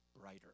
brighter